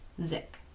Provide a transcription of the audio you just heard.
Zick